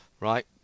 Right